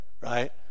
right